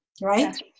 Right